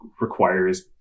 requires